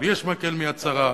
לי יש מקל מ"יד שרה".